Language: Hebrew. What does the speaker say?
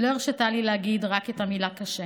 היא לא הרשתה לי להגיד רק את המילה "קשה".